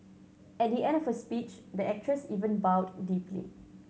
at the end of her speech the actress even bowed deeply